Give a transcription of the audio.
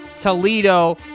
Toledo